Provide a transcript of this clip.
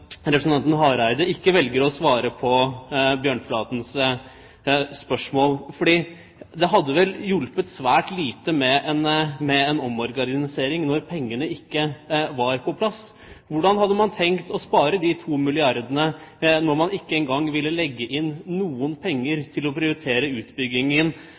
hadde vel hjulpet svært lite med en omorganisering hvis pengene ikke var på plass. Hvordan hadde man tenkt å spare 2 milliarder kr når man ikke engang ville legge inn penger til å prioritere utbyggingen